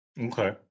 Okay